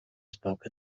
spoke